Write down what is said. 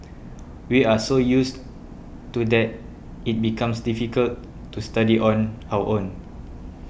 we are so used to that it becomes difficult to study on our own